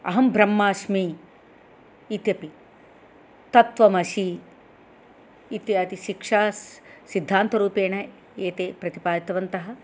अहं ब्रह्मास्मि इत्यपि तत्वमसि इत्यादिशिक्षासिद्धान्तरूपेण एते प्रतिपादितवन्तः